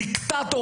כמו דיקטטור,